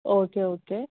okay okay